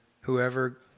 whoever